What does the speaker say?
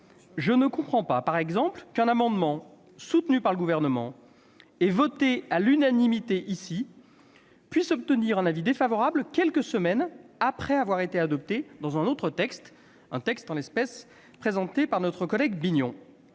Je ne comprends pas, par exemple, qu'un amendement soutenu par le Gouvernement et voté à l'unanimité ici puisse obtenir un avis défavorable quelques semaines après avoir été adopté dans un autre texte, en l'espèce celui qui avait été présenté par notre collègue Jérôme